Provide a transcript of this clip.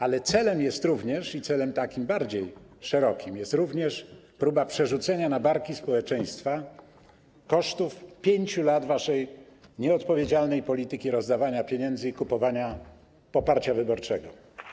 Ale celem, takim bardziej szerokim, jest również próba przerzucenia na barki społeczeństwa kosztów 5 lat waszej nieodpowiedzialnej polityki rozdawania pieniędzy i kupowania poparcia wyborczego.